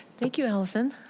thank you, allison.